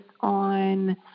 on